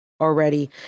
already